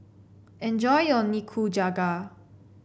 enjoy your Nikujaga